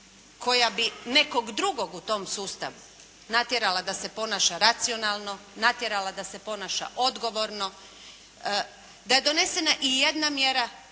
koja bi nekog drugog u tom sustavu natjerala da se ponaša racionalno, natjerala da se ponaša odgovorno, da je donesena i jedna mjera